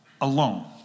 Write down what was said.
alone